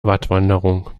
wattwanderung